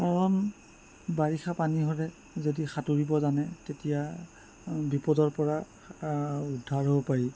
কাৰণ বাৰিষা পানী হ'লে যদি সাঁতুৰিব জানে তেতিয়া বিপদৰ পৰা উদ্ধাৰ হ'ব পাৰি